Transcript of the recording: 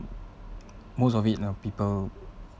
most of it people